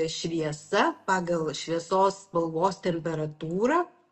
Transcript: šviesa pagal šviesos spalvos temperatūrą